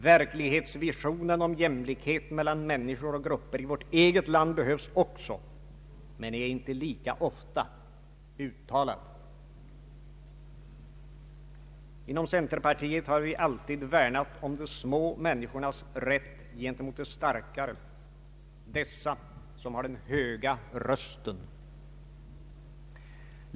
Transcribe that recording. Verklighetsvisionen om jämlikhet mellan människor och grupper i vårt eget land behövs också men är inte lika ofta uttalad. Inom centerpartiet har vi alltid värnat om de små människornas rätt gentemot de starkare, dessa som har den höga rösten.